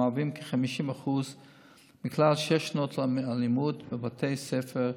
המהווים כ-50% מכלל שש שנות הלימוד בבתי הספר לרפואה.